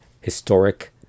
historic